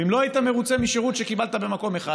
ואם לא היית מרוצה משירות שקיבלת במקום אחד,